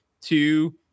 two